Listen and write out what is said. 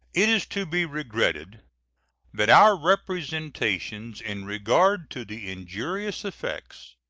it is to be regretted that our representations in regard to the injurious effects,